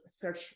search